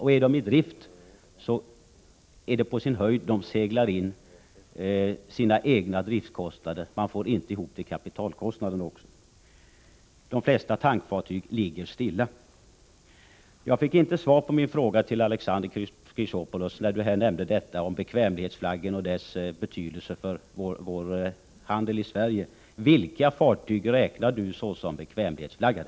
Om de är i drift seglar de på sin höjd in de egna driftskostnaderna, men de får inte ihop till kapitalkostnaderna. Jag fick inte svar på frågan till Alexander Chrisopoulos, som jag ställde när han nämnde bekvämlighetsflaggen och dess betydelse för vår utrikeshandel. Vilka fartyg räknar Alexander Chrisopoulos som bekvämlighetsflaggade?